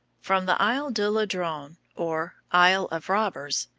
from the isles de ladrones, or isles of robbers,